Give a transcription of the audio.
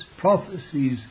prophecies